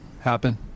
happen